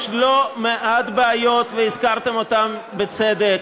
יש לא מעט בעיות, והזכרתם אותן בצדק.